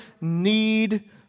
need